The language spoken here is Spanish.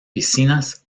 piscinas